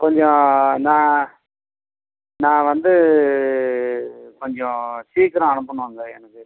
கொஞ்சம் நான் நான் வந்து கொஞ்சம் சீக்கிரம் அனுப்பணுங்க எனக்கு